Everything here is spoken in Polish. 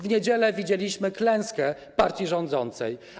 W niedzielę widzieliśmy klęskę partii rządzącej.